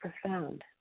profound